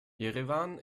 jerewan